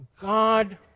God